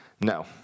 No